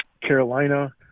Carolina